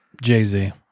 Jay-Z